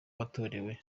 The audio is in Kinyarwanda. watoreye